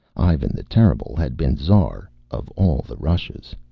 ivan the terrible had been tsar of all the russias.